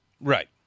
Right